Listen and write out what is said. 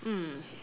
mm